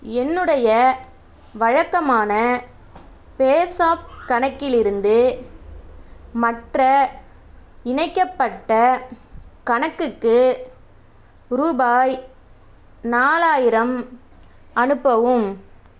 என்னுடைய வழக்கமான பேஸாப் கணக்கிலிருந்து மற்ற இணைக்கப்பட்ட கணக்குக்கு ரூபாய் நாலாயிரம் அனுப்பவும்